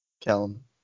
Callum